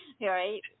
Right